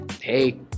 hey